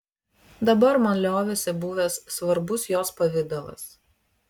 dabar man liovėsi buvęs svarbus jos pavidalas